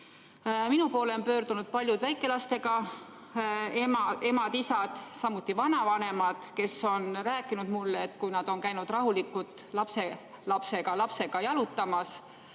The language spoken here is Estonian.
Minu poole on pöördunud paljud väikelastega emad-isad, samuti vanavanemad, kes on rääkinud mulle, et kui nad on käinud rahulikult lapse või